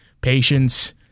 patience